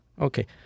Okay